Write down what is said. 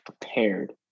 prepared